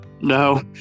No